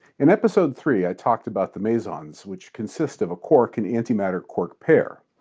in episode three, i talked about the mesons, which consist of a quark and antimatter quark pair.